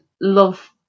love